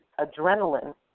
adrenaline